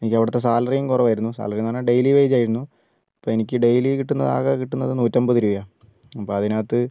എനിക്ക് അവിടുത്തെ സാലറിയും കുറവായിരുന്നു സാലറിയെന്ന് പറഞ്ഞാൽ ഡെയ്ലി വേജ് ആയിരുന്നു അപ്പോൾ എനിക്ക് ഡെയ്ലി കിട്ടുന്നത് ആകെ കിട്ടുന്നത് നൂറ്റമ്പത് രൂപയാണ് അപ്പോൾ അതിനകത്ത്